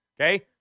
okay